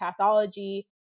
pathology